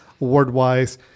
award-wise